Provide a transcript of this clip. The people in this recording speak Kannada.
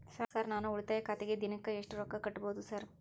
ಸರ್ ನಾನು ಉಳಿತಾಯ ಖಾತೆಗೆ ದಿನಕ್ಕ ಎಷ್ಟು ರೊಕ್ಕಾ ಕಟ್ಟುಬಹುದು ಸರ್?